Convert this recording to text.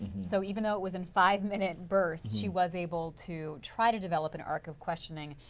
so even though it was in five minute bursts, she was able to try to develop an arc of questioning.